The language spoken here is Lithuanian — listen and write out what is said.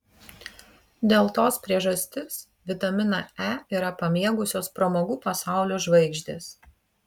dėl tos priežastis vitaminą e yra pamėgusios pramogų pasaulio žvaigždės